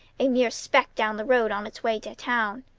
a mere speck down the road, on its way to town.